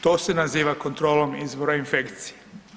To se naziva kontrolom izvora infekcije.